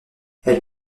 elle